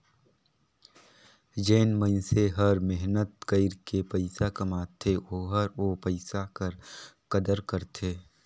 जेन मइनसे हर मेहनत कइर के पइसा कमाथे ओहर ओ पइसा कर कदर करथे